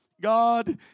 God